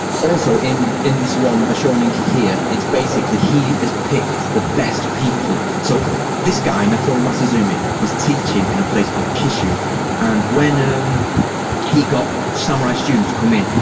also, in in this one, the shoninki here, it's basically, he is picked the best people, so this guy, natori masazumi, was teaching in a place called kishu and when um he got samurai students come in,